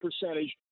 percentage